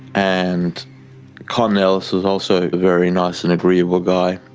and con nellis was also a very nice and agreeable guy.